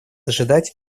ожидать